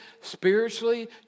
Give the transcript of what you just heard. spiritually